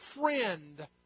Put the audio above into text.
friend